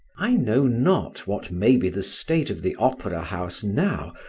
i know not what may be the state of the opera-house now,